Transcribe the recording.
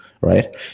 right